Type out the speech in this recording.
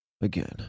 Again